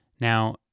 Now